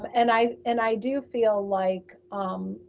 um and i and i do feel like i'm